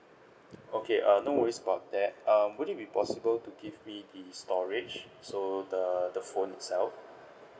okay err no worries about that um would it be possible to give we the storage so the the phone itself